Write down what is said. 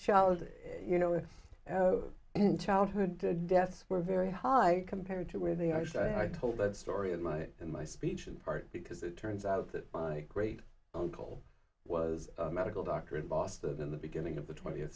childhood you know and childhood deaths were very high compared to where they are so i i told that story of my in my speech in part because it turns out that my great uncle was a medical doctor in boston in the beginning of the twentieth